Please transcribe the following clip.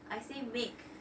I say make